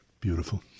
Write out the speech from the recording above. Beautiful